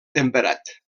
temperat